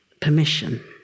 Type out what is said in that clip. permission